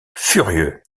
furieux